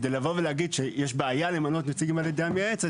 כדי לבוא ולהגיד שיש בעיה למנות נציגים על ידי המייעצת,